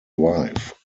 wife